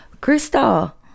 crystal